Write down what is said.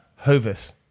Hovis